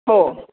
हो